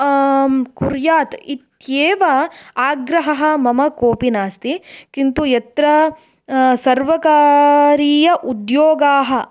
कुर्यात् इत्येव आग्रहः मम कोपि नास्ति किन्तु यत्र सर्वकारीय उद्योगाः